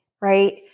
right